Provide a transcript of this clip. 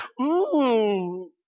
mmm